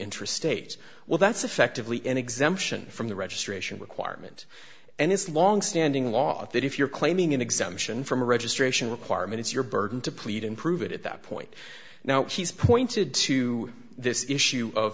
interstate well that's effectively an exemption from the registration requirement and it's longstanding law that if you're claiming an exemption from a registration requirement it's your burden to plead and prove it at that point now he's pointed to this issue of